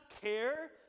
care